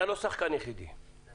אתה לא שחקן יחיד במגרש.